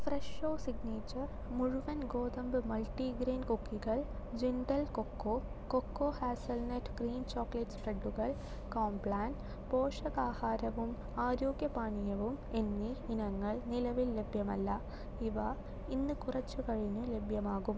Fresho signature മുഴുവൻ ഗോതമ്പ് multigrain കുക്കികൾ Jindal cocoa cocoa hazelnut cream chocolate സ്പ്രെഡുകൾ കോംപ്ലാൻ പോഷകാഹാരവും ആരോഗ്യ പാനീയവും എന്നീ ഇനങ്ങൾ നിലവിൽ ലഭ്യമല്ല ഇവ ഇന്ന് കുറച്ച് കഴിഞ്ഞു ലഭ്യമാകും